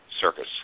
circus